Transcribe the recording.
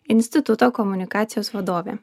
instituto komunikacijos vadovė